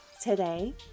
today